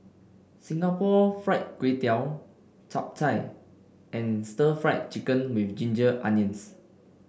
Singapore Fried Kway Tiao Chap Chai and Stir Fried Chicken with Ginger Onions